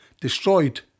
destroyed